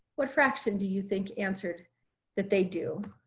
what fraction. do you think answered that they do.